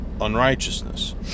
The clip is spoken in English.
unrighteousness